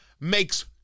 makes